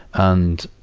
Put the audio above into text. and,